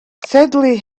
sadly